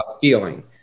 feeling